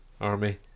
army